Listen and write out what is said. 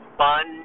fun